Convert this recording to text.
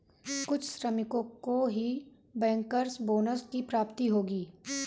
कुछ श्रमिकों को ही बैंकर्स बोनस की प्राप्ति होगी